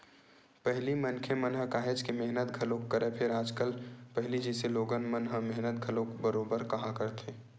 पहिली मनखे मन ह काहेच के मेहनत घलोक करय, फेर आजकल पहिली जइसे लोगन मन ह मेहनत घलोक बरोबर काँहा करथे